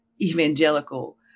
evangelical